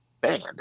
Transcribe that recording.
band